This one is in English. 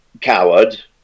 coward